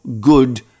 good